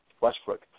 Westbrook